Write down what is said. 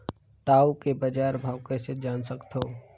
टाऊ के बजार भाव कइसे जान सकथव?